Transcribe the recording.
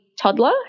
toddler